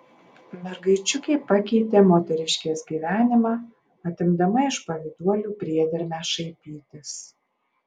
mergaičiukė pakeitė moteriškės gyvenimą atimdama iš pavyduolių priedermę šaipytis